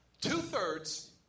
Two-thirds